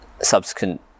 subsequent